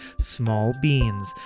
smallbeans